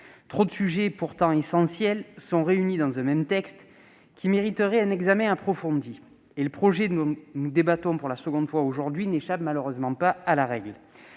trop de sujets essentiels sont réunis dans un même texte, alors qu'ils mériteraient un examen approfondi. Le projet dont nous débattons pour la seconde fois aujourd'hui n'échappe malheureusement pas à la règle.